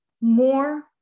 more